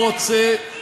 לא, זה ערכי, זה ערכי.